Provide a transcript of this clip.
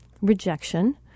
rejection